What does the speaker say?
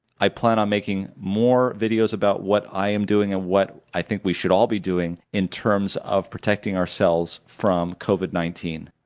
i plan on making more videos about what i am doing, and ah what i think we should all be doing in terms of protecting ourselves from covid nineteen.